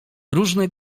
różne